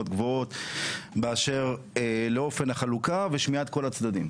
גבוהות באשר לאופן החלוקה ושמיעת כל הצדדים.